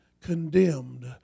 condemned